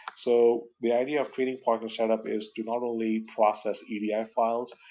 so the idea of trading partner setup is to not only process edi yeah files,